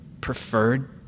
preferred